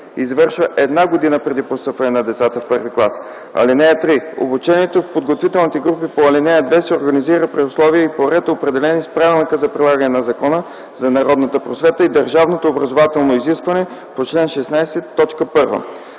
извършва една година преди постъпването на децата в първи клас. (3) Обучението в подготвителните групи по ал. 2 се организира при условия и по ред, определени с Правилника за прилагане на Закона за народната просвета и държавното образователно изискване по чл. 16,